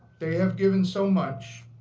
they have given so much,